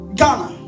Ghana